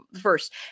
First